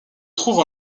trouve